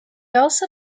also